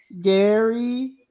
Gary